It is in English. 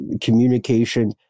communication